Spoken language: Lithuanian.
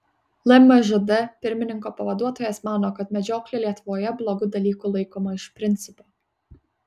lmžd pirmininko pavaduotojas mano kad medžioklė lietuvoje blogu dalyku laikoma iš principo